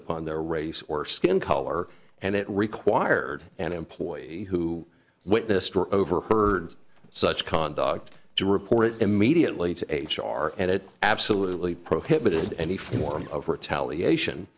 upon their race or skin color and it required an employee who witnessed or overheard such conduct to report it immediately to h r and it absolutely prohibited any form of retaliation